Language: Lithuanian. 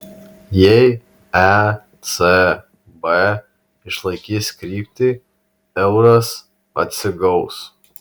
jei ecb išlaikys kryptį euras atsigaus